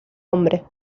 hombre